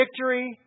victory